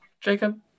Jacob